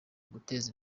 guteza